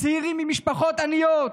צעירים ממשפחות עניות,